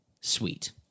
sweet